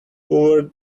hoovered